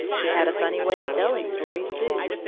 he had a funny way of telling stories, too,